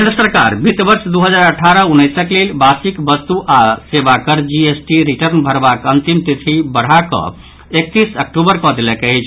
केंद्र सरकार वित्त वर्ष दू हजार अठारह उन्नैसक लेल वार्षिक वस्तु आओर सेवाकर जीएसटी रिटर्न भरबाक अंतिम तिथि बढ़ा कऽ एकतीस अक्टूबर कऽ देलक अछि